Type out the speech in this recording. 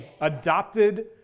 adopted